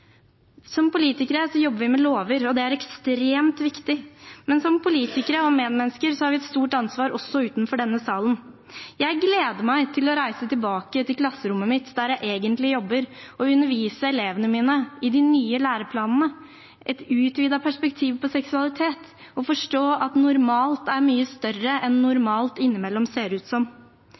Som politikere jobber vi med lover, og det er ekstremt viktig, men som politikere og medmennesker har vi et stort ansvar også utenfor denne salen. Jeg gleder meg til å reise tilbake til klasserommet mitt, der jeg egentlig jobber, og undervise elevene mine i de nye læreplanene, et utvidet perspektiv på seksualitet og å forstå at normalt er mye større enn normalt innimellom ser ut som.